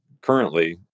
currently